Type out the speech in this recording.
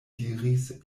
diris